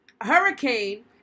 hurricane